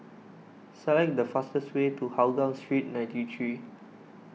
select the fastest way to Hougang Street ninety three